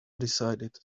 decided